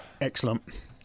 Excellent